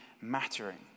mattering